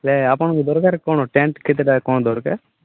ଇଏ ଆପଣଙ୍କୁ ଦରକାର କ'ଣ ଟେଣ୍ଟ୍ କେତେଟା କ'ଣ ଦରକାର